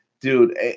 dude